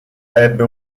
ebbe